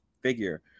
figure